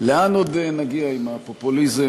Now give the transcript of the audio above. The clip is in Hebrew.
לאן עוד נגיע עם הפופוליזם,